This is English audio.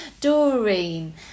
Doreen